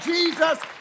Jesus